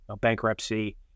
bankruptcy